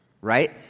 Right